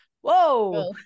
whoa